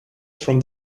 from